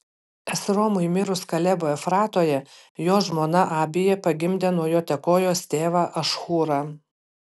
esromui mirus kalebo efratoje jo žmona abija pagimdė nuo jo tekojos tėvą ašhūrą